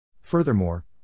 Furthermore